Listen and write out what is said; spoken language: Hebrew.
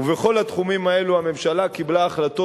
ובכל התחומים האלו הממשלה קיבלה החלטות